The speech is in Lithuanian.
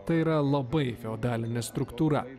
tai yra labai feodalinė struktūra